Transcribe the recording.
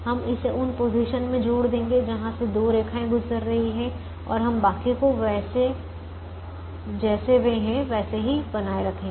हम इसे उन पोजीशन में जोड़ देंगे जहां से दो रेखाएँ गुजर रही हैं और हम बाकी को जैसे वे हैं वैसे ही बनाए रखेंगे